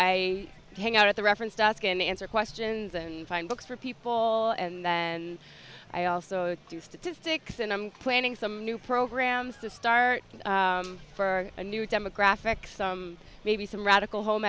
i hang out at the reference desk and answer questions and find books for people and then i also do statistics and i'm cleaning some new programs to start for a new demographic some maybe some radical home